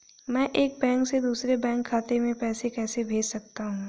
मैं एक बैंक से दूसरे बैंक खाते में पैसे कैसे भेज सकता हूँ?